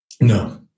No